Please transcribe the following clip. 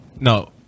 no